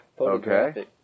Okay